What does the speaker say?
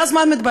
ואז מה מתברר?